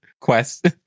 quest